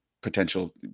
potential